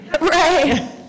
right